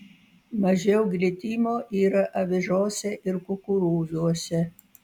mažiau glitimo yra avižose ir kukurūzuose